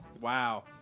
Wow